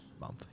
month